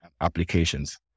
applications